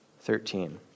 thirteen